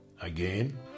Again